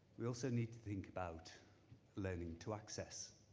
we also need to think about learning to access.